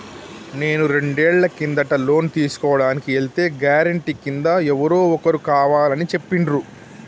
నేను రెండేళ్ల కిందట లోను తీసుకోడానికి ఎల్తే గారెంటీ కింద ఎవరో ఒకరు కావాలని చెప్పిండ్రు